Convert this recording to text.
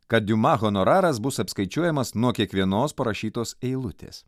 kad diuma honoraras bus apskaičiuojamas nuo kiekvienos parašytos eilutės